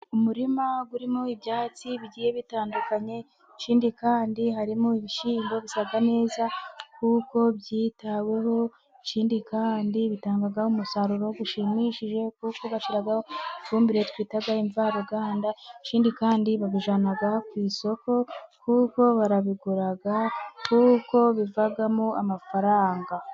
Umurima urimo ibyatsi bigiye bitandukanye, ikindi kandi harimo ibishyimbo bisa neza, kuko byitaweho ikindi kandi bitanga umusaruroushimishije, kuko bashyiraho ifumbire twita imvaruganda, ikindi kandi babijyana ku isoko, kuko barabigura kuko bivamo amafaranga.